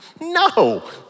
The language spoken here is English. No